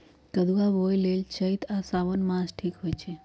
कदुआ बोए लेल चइत आ साओन मास ठीक होई छइ